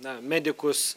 na medikus